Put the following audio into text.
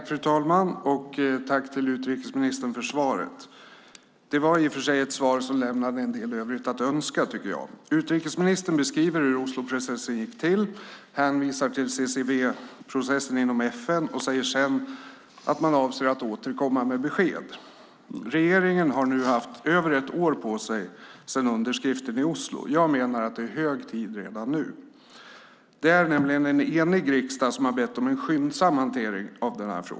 Fru talman! Jag tackar utrikesministern för svaret - i och för sig ett svar som lämnar en del övrigt att önska, tycker jag. Utrikesministern beskriver hur Osloprocessen gick till, hänvisar till CCW-processen inom FN och säger sedan att man avser att återkomma med besked. Regeringen har nu haft över ett år på sig sedan underskriften i Oslo, så jag menar att det redan nu är hög tid. En enig riksdag har nämligen bett om en skyndsam hantering av frågan.